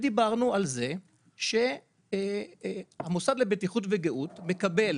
ודיברנו על כך שהמוסד לבטיחות וגיהות מקבל